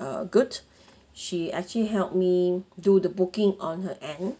uh good she actually helped me do the booking on her end